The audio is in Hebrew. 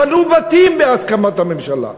בנו בתים בהסכמת הממשלה.